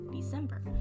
December